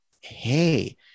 Hey